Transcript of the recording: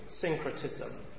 syncretism